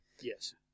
Yes